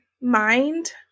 mind